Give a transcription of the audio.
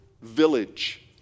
village